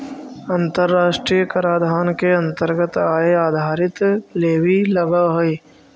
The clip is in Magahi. अन्तराष्ट्रिय कराधान के अन्तरगत आय आधारित लेवी लगअ हई